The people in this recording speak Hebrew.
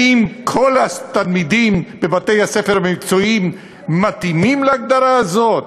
האם כל התלמידים בבתי-הספר המקצועיים מתאימים להגדרה הזאת?